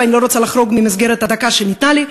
ואני לא רוצה לחרוג ממסגרת הדקה שניתנה לי,